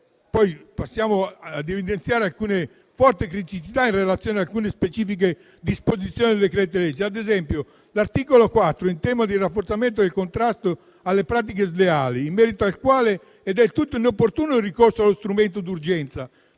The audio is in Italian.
Passiamo ad evidenziare alcune forti criticità in relazione ad alcune specifiche disposizioni del decreto-legge: ad esempio, l'articolo 4, in tema di rafforzamento del contrasto alle pratiche sleali, in merito al quale è del tutto inopportuno il ricorso allo strumento d'urgenza,